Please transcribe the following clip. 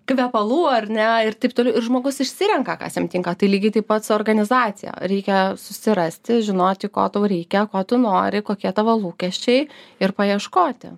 kvepalų ar ne ir taip toliau ir žmogus išsirenka kas jam tinka tai lygiai taip pat su organizacija reikia susirasti žinoti ko tau reikia ko tu nori kokie tavo lūkesčiai ir paieškoti